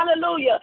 hallelujah